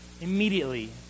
immediately